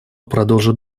проложит